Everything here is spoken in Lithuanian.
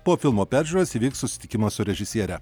po filmo peržiūros įvyks susitikimas su režisiere